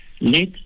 let